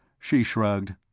she shrugged.